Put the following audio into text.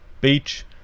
beach